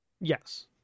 Yes